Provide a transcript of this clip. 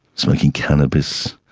smoking cannabis,